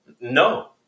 No